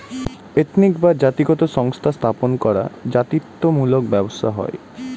ethnic বা জাতিগত সংস্থা স্থাপন করা জাতিত্ব মূলক ব্যবসা হয়